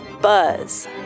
Buzz